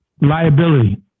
Liability